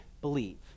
believe